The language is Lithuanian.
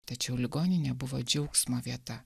tačiau ligoninė buvo džiaugsmo vieta